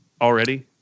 already